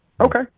Okay